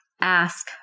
ask